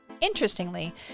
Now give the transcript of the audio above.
Interestingly